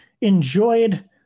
enjoyed